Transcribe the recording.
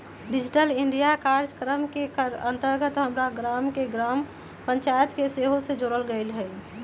digital India काजक्रम के अंतर्गत हमर गाम के ग्राम पञ्चाइत के सेहो जोड़ल गेल हइ